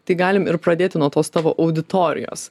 tai galim ir pradėti nuo tos tavo auditorijos